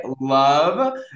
love